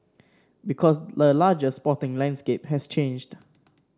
because the larger sporting landscape has changed